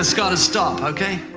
ah got to stop, okay?